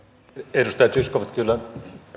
edustaja zyskowicz